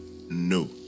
no